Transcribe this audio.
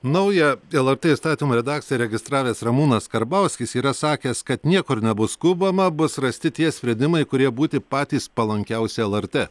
naują lrt įstatymo redakciją registravęs ramūnas karbauskis yra sakęs kad niekur nebus skubama bus rasti tie sprendimai kurie būti patys palankiausi lrt